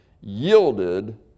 yielded